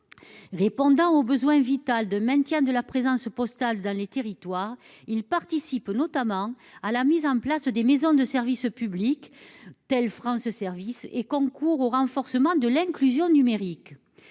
Répondant au besoin vital de maintien de la présence postale dans nos territoires, il participe notamment à la mise en place des maisons de service public, comme les maisons France Services, et concourt au renforcement de l'inclusion numérique.